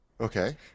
Okay